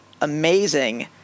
amazing